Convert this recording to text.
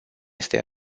este